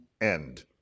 end